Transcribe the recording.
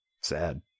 sad